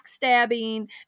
backstabbing